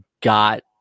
got